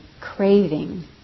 craving